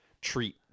treat